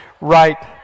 right